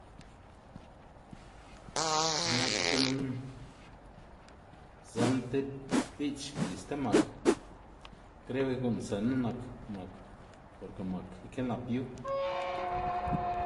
X̱i'k nak tib minn zën tib bi'ch y sti mak kreo ke gu'n senná nak mak porke mak ikenap yu.